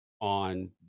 on